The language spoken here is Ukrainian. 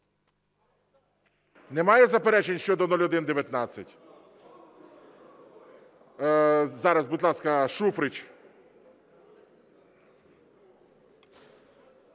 Немає заперечень щодо 0119? Зараз. Будь ласка, Шуфрич.